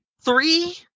Three